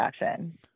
action